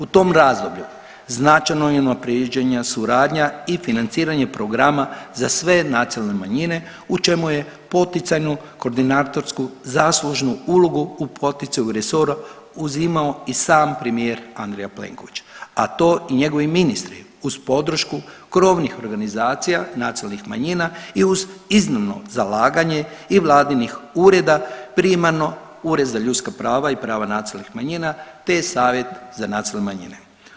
U tom razdoblju značajno je unaprijeđena suradnja i financiranje programa za sve nacionalne manjine u čemu je poticajnu koordinatorsku zaslužnu ulogu u poticaju resora uzimao i sam premijer Andrej Plenković, a to i njegovi ministri uz podršku krovnih organizacija nacionalnih manjina i uz iznimno zalaganje i vladinih ureda primarno Ured za ljudska prava i prava nacionalnih manjina, te Savjet za nacionalne manjine.